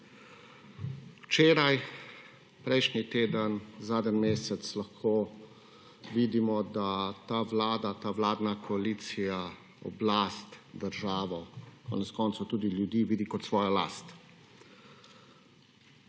Včeraj, prejšnji teden, zadnji mesec lahko vidimo, da ta Vlada, ta vladna koalicija, oblast, državo, konec koncev tudi ljudi vidi kot svojo last.